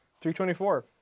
324